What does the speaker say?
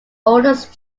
oldest